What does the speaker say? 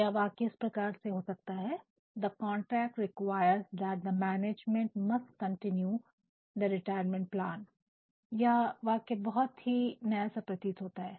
या वाक्य इस प्रकार हो सकता है " the contract requires that the management must continue the retirement plan " यह वाक्य बहुत ही बहुत ही नया प्रतीत होता है